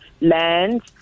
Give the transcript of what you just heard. Land